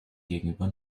gegenüber